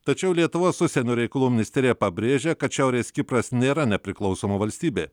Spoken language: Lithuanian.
tačiau lietuvos užsienio reikalų ministerija pabrėžia kad šiaurės kipras nėra nepriklausoma valstybė